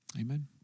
Amen